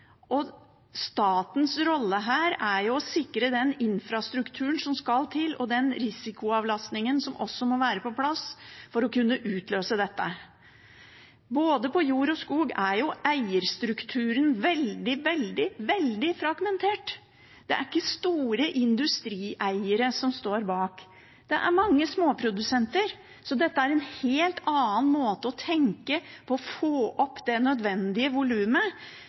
og statens rolle her er jo å sikre den infrastrukturen som skal til, og den risikoavlastningen som må være på plass for å kunne utløse dette. Innenfor både jord og skog er eierstrukturen veldig, veldig fragmentert. Det er ikke store industrieiere som står bak, det er mange småprodusenter. Så dette er en helt annen måte å tenke på for å få opp det nødvendige volumet,